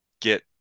get